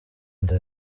nda